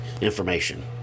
information